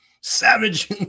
savage